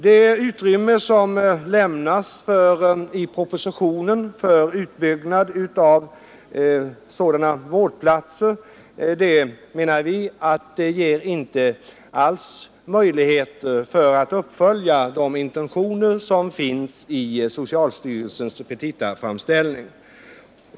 Det utrymme som lämnas i propositionen för utbyggnad av sådana vårdplatser ger enligt vår mening alls inga möjligheter att uppfölja de intentioner som finns i socialstyrelsens petitaframställning.